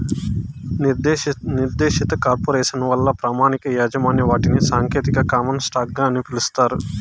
నిర్దేశిత కార్పొరేసను వల్ల ప్రామాణిక యాజమాన్య వాటాని సాంకేతికంగా కామన్ స్టాకు అని పిలుస్తారు